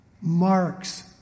marks